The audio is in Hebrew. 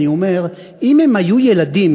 ואני אומר: אם הם היו ילדים,